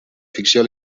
ficció